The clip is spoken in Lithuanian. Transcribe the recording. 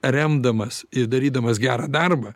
remdamas ir darydamas gerą darbą